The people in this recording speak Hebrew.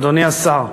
אדוני השר,